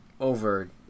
over